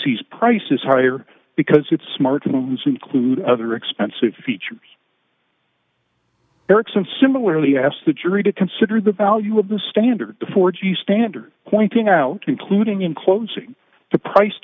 sees prices higher because it's smartphones include other expensive features ericsson similarly asked the jury to consider the value of the standard the four g standard pointing out concluding in closing the price